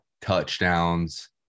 touchdowns